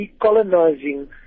decolonizing